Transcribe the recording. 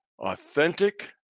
authentic